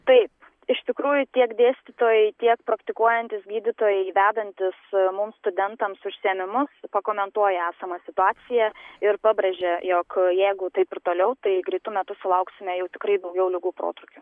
taip iš tikrųjų tiek dėstytojai tiek praktikuojantys gydytojai vedantys mums studentams užsiėmimus pakomentuoja esamą situaciją ir pabrėžia jog jeigu taip ir toliau tai greitu metu sulauksime jau tikrai daugiau ligų protrūkių